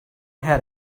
her